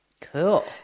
Cool